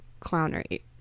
clownery